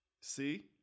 See